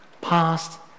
past